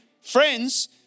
friends